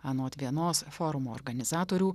anot vienos forumo organizatorių